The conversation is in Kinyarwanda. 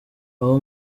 aho